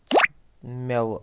میوٕ